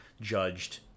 judged